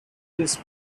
this